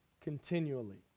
continually